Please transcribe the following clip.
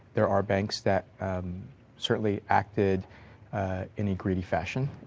there are banks that certainly acted in a greedy fashion.